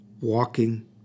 Walking